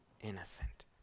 Innocent